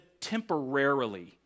temporarily